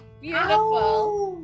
Beautiful